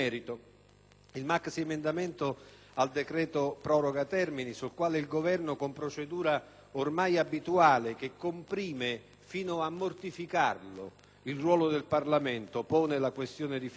il maxiemendamento al decreto proroga termini sul quale il Governo, con procedura ormai abituale, che comprime, fino a mortificarlo, il ruolo del Parlamento, pone la questione di fiducia,